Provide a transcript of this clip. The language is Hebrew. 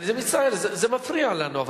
אני מצטער, זה מפריע לנו.